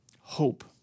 Hope